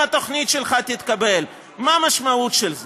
אם התוכנית שלך תתקבל, מה המשמעות של זה?